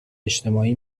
اجتماعی